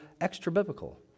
extra-biblical